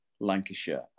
lancashire